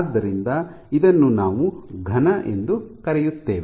ಆದ್ದರಿಂದ ಇದನ್ನು ನಾವು ಘನ ಎಂದು ಕರೆಯುತ್ತೇವೆ